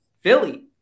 Philly